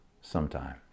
sometime